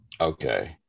Okay